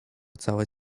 całe